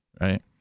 right